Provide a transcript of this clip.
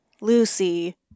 Lucy